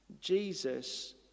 Jesus